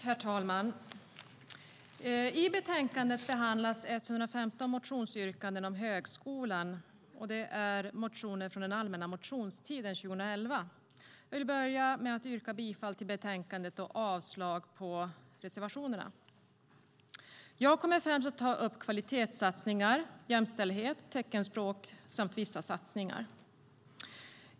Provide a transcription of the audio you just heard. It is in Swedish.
Herr talman! I betänkandet behandlas 115 motionsyrkanden om högskolan från den allmänna motionstiden 2011. Jag vill börja med att yrka bifall till förslaget i betänkandet och avslag på reservationerna. Jag kommer främst att ta upp kvalitetssatsningar, jämställdhet, teckenspråk samt vissa satsningar.